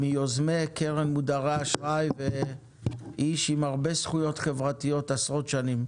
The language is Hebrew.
מיוזמי קרן מודרי אשראי ואיש עם הרבה זכויות חברתיות עשרות שנים.